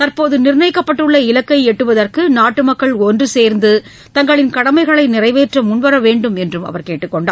தற்போது நிர்ணயிக்கப்பட்டுள்ள இலக்கை எட்டுவதற்கு நாட்டு மக்கள் ஒன்று சேர்ந்து தங்களின் கடமைகளை நிறைவேற்ற முன்வர வேண்டும் என்று அவர் கேட்டுக்கொண்டார்